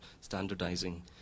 standardizing